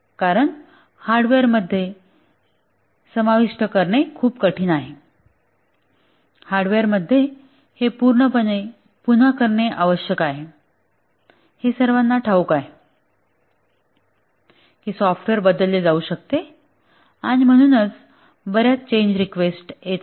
कारण हार्डवेअरमध्ये समाविष्ट करणे खूप कठीण आहे हार्डवेअरमध्ये हे पूर्णपणे पुन्हा करणे आवश्यक आहे हे सर्वांना ठाऊक आहे की सॉफ्टवेअर बदलले जाऊ शकते आणि म्हणूनच बर्याच चेंज रिकवेस्ट येतात